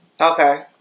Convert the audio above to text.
Okay